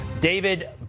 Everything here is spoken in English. David